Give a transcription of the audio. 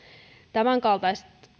tämänkaltaiset